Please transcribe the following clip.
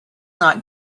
not